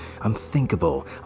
unthinkable